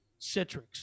Citrix